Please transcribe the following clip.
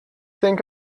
think